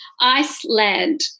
Iceland